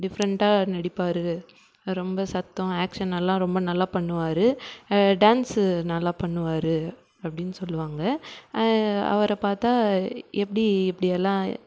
டிஃப்ரெண்ட்டாக நடிப்பார் ரொம்ப சத்தம் ஆக்ஷனெல்லாம் ரொம்ப நல்லா பண்ணுவார் டான்ஸு நல்லா பண்ணுவார் அப்படின்னு சொல்லுவாங்க அவரை பார்த்தா எப்படி இப்படியெல்லாம்